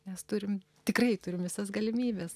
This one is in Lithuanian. nes turim tikrai turim visas galimybes